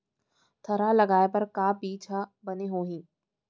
थरहा लगाए बर का बीज हा बने होही?